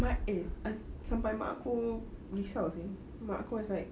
but eh sampai mak aku risau seh mak aku was like